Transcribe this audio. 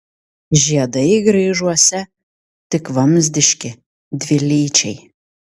žiedai graižuose tik vamzdiški dvilyčiai